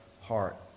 heart